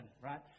right